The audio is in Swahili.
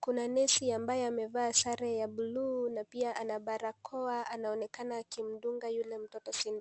Kuna nesi ambaye sare ya bluu na pia ana barakoa anaonekana akimdunga yule mtoto sindano.